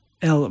El